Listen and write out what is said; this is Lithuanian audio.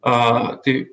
a tai